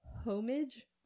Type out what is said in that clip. homage